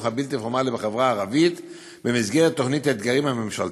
הבלתי-פורמלי בחברה הערבית במסגרת תוכנית "אתגרים" הממשלתית.